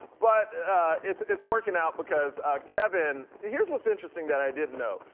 but it's it's working out because kevin, here's what's interesting that i didn't know.